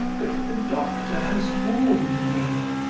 but the doctor has warned me.